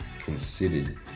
considered